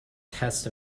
test